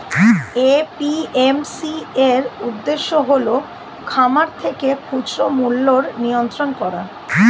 APMC এর উদ্দেশ্য হল খামার থেকে খুচরা মূল্যের নিয়ন্ত্রণ করা